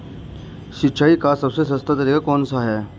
सिंचाई का सबसे सस्ता तरीका कौन सा है?